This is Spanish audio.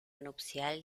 nupcial